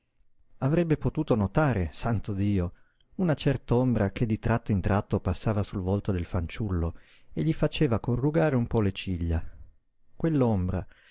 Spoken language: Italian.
avrebbe potuto notare santo dio una cert'ombra che di tratto in tratto passava sul volto del fanciullo e gli faceva corrugare un po le ciglia